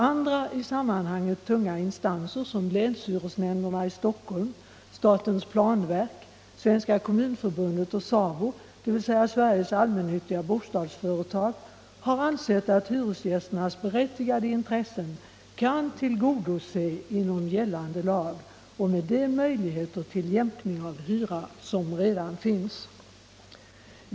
Andra i sammanhanget tunga instanser som länshyresnämnderna i Stockholm, statens planverk, Svenska kommunförbundet och SABO, dvs. Sveriges Allmännyttiga Bostadsföretag, har ansett att hyresgästernas berättigade intressen kan tillgodoses inom gällande lag och med de möjligheter till jämkning av hyra som redan finns.